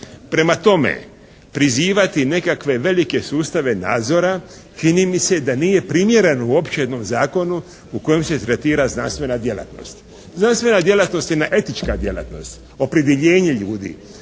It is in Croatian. Prema tome, prizivati nekakve velike sustave nadzora čini mi se da nije primjeren uopće jednom zakonu u kojem se …/Govornik se ne razumije./… znanstvena djelatnost. Znanstvena djelatnost je jedna etička djelatnost, opredjeljenje ljudi.